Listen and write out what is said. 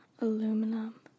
Aluminum